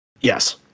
Yes